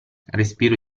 respiro